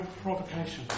provocation